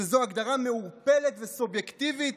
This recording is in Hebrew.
שזו הגדרה מעורפלת וסובייקטיבית,